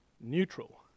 neutral